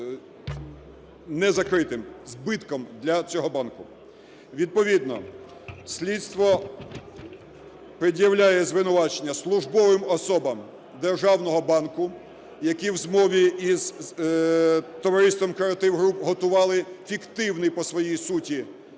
незакритим збитком для цього банку. Відповідно слідство пред'являє звинувачення службовим особам державного банку, які в змові з товариством "Креатив Груп" готували фіктивну по своїй суті